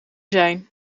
zijn